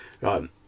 right